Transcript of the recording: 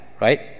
right